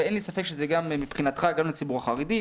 ואין לי ספק שמבחינתך זה גם לציבור החרדי,